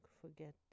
forget